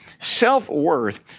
Self-worth